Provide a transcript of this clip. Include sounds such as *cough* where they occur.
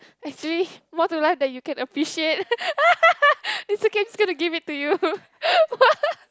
actually more to life then you can appreciate *laughs* it's okay I'm just going to give it to you *laughs*